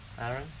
Aaron